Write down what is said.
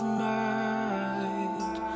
mind